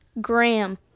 graham